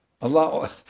Allah